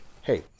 hey